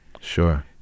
Sure